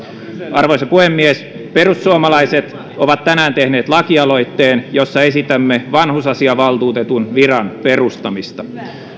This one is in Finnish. arvoisa puhemies perussuomalaiset ovat tänään tehneet lakialoitteen jossa esitämme vanhusasiavaltuutetun viran perustamista